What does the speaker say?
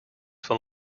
for